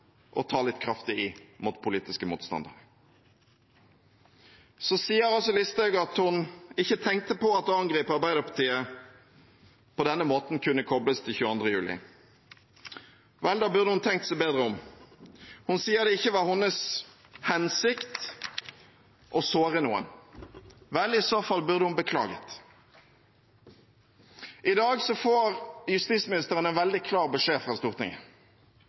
å ta litt kraftig i mot politiske motstandere. Så sier statsråd Listhaug at hun ikke tenkte på at det å angripe Arbeiderpartiet på denne måten kunne kobles til 22. juli. Vel, da burde hun tenkt seg bedre om. Hun sier det ikke var hennes hensikt å såre noen. I så fall burde hun ha beklaget. I dag får justisministeren en veldig klar beskjed fra Stortinget.